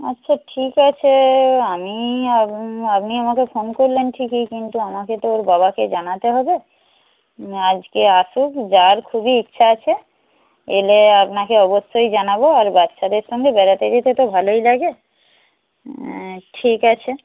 আচ্ছা ঠিক আছে আমি আপনি আমাকে ফোন করলেন ঠিকই কিন্তু আমাকে তো ওর বাবাকে জানাতে হবে আজকে আসুক যাওয়ার খুবই ইচ্ছা আছে এলে আপনাকে অবশ্যই জানাব আর বাচ্চাদের সঙ্গে বেড়াতে যেতে তো ভালোই লাগে ঠিক আছে